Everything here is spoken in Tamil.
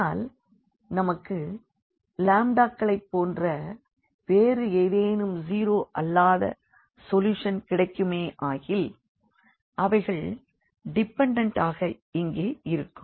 ஆனால் நமக்கு களைப் போன்ற வேறு ஏதேனும் 0 அல்லாத சொல்யூஷன் கிடைக்குமேயாகில் அவைகள் டிபென்டண்ட் ஆக இங்கே இருக்கும்